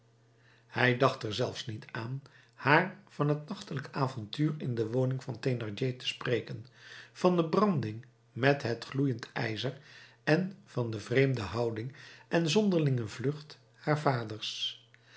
hij dacht er zelfs niet aan haar van het nachtelijk avontuur in de woning van thénardier te spreken van de branding met het gloeiend ijzer en van de vreemde houding en zonderlinge vlucht haars vaders